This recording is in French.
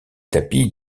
tapis